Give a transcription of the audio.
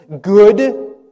good